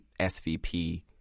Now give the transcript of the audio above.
SVP